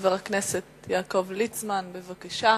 חבר הכנסת יעקב ליצמן, בבקשה.